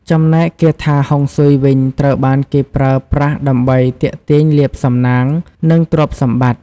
ចំណែកគាថាហុងស៊ុយវិញ ត្រូវបានគេប្រើប្រាស់ដើម្បីទាក់ទាញលាភសំណាង និងទ្រព្យសម្បត្តិ។